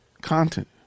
content